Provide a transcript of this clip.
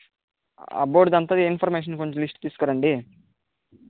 అబ్బాయిదంతా information కొంచం list తీసుకురండి